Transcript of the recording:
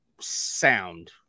sound